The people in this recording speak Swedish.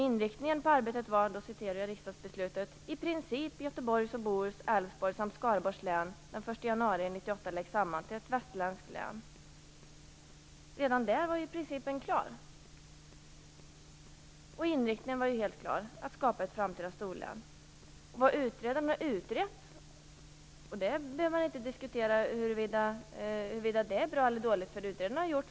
Inriktningen på arbetet var - jag citerar riksdagsbeslutet: i princip Göteborgs och Bohus, Älvsborgs samt Skaraborgs län den 1 januari 1998 läggs samman till ett västerländskt län. Redan där var principen klar. Inriktningen var helt klar, nämligen att skapa ett framtida storlän. Vad utredaren har utrett är hur det framtida storlänet skall se ut och vilka kommuner som skall ingå, inte om det skall bildas.